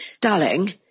darling